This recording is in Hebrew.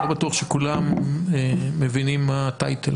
אני לא בטוח שכולם מבינים מה הטייטל.